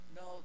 No